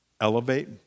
elevate